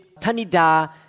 Tanida